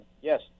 Yes